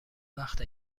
وقته